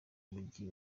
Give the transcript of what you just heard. mujyi